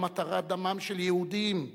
גם התרת דמם של יהודים,